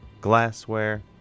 glassware